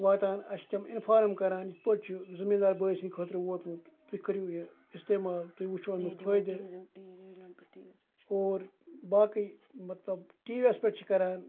واتان اَسہِ تِم اِنفارٕم کَران یِتھ پٲٹھۍ چھُ زٔمیٖندار بٲے سٕنٛدۍ خٲطرٕ ووتمُت تُہۍ کٔرِو یہِ استعمال تُہۍ وٕچھِو اَمیُک فٲیدٕ اور باقٕے مطلب ٹی وی یَس پٮ۪ٹھ چھِ کَران